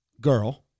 girl